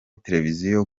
televiziyo